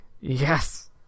Yes